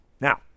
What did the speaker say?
Now